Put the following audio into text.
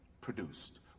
produced